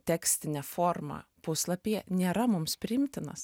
tekstine forma puslapyje nėra mums priimtinas